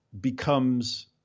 becomes